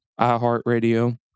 iHeartRadio